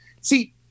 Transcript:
see